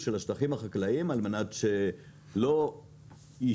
של השטחים החקלאיים על מנת שלא ישתה,